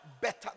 better